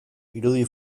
irudi